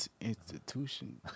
institution